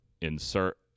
insert